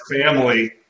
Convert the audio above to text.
family